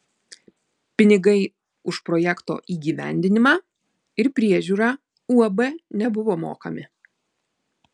pinigai už projekto įgyvendinimą ir priežiūrą uab nebuvo mokami